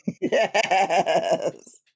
Yes